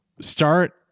start